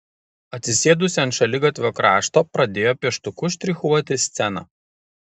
atsisėdusi ant šaligatvio krašto pradėjo pieštuku štrichuoti sceną